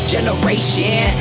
Generation